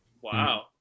Wow